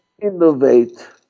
innovate